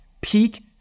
peak